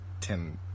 ten